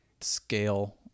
scale